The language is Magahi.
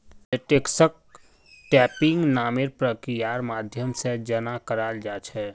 लेटेक्सक टैपिंग नामेर प्रक्रियार माध्यम से जमा कराल जा छे